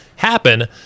happen